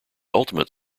ultimate